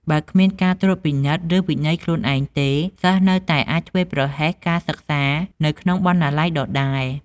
បើគ្មានការត្រួតពិនិត្យ ឬវិន័យខ្លួនឯងទេ សិស្សនៅតែអាចធ្វេសប្រហែសការសិក្សានៅក្នុងបណ្ណាល័យដដែល។